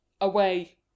Away